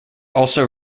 also